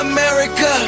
America